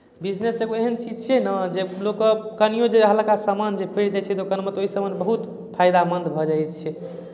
business एगो एहन चीज छियै ने जे लोककेँ कनियो जे हल्का सामान जे पड़ि जाइत छै दोकानमे तऽ ओहि सामान बहुत फायदामन्द भऽ जाइत छै